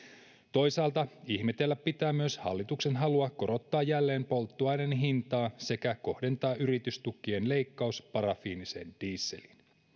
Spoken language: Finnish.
toisaalta ihmetellä pitää myös hallituksen halua korottaa jälleen polttoaineen hintaa sekä kohdentaa yritystukien leikkaus parafiiniseen dieseliin